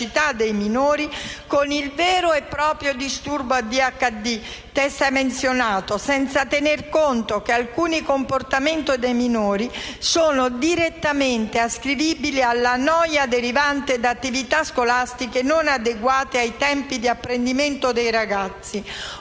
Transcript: dei minori con il vero e proprio disturbo ADHD testé menzionato, senza tenere conto che alcuni comportamenti dei minori sono direttamente ascrivibili alla noia derivante da attività scolastiche non adeguate ai tempi di apprendimento dei ragazzi